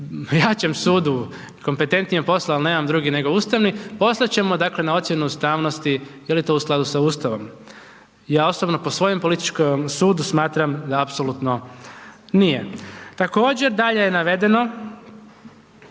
jačem sudu, kompetentnijem poslao ali nemam drugi nego ustavni, poslati ćemo dakle na ocjenu ustavnosti je li to u skladu sa Ustavom. Ja osobno po svojem političkom sudu smatram da apsolutno nije. Također, dalje je navedeno